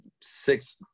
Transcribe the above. six